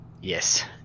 yes